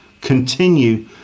continue